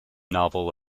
novel